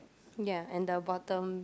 ya and the bottom